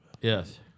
Yes